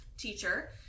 teacher